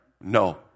no